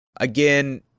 Again